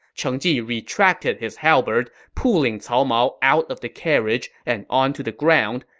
cheng ji retracted his halberd, pulling cao mao out of the carriage and onto the ground,